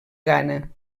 ghana